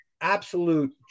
Absolute